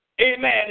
Amen